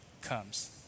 comes